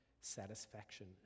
satisfaction